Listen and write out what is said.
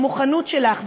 המוכנות שלך,